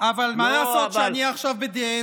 אבל מה לעשות שאני עכשיו בזכות דיבור?